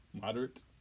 Moderate